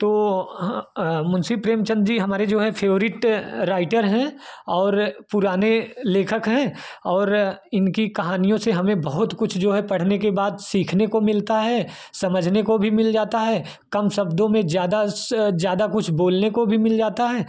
तो मुंशी प्रेमचंद जी हमारे जो है फेवरिट राइटर है और पुराने लेखक है और इनकी कहानियों से हमें बहुत कुछ जो है पढ़ने के बाद सीखने को मिलता है समझने को भी मिल जाता है कम शब्दों में ज़्यादा से ज़्यादा कुछ बोलने को भी मिल जाता है